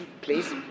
please